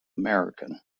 american